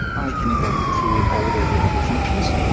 i can either look through all the available functions,